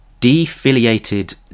defiliated